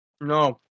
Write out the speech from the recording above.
No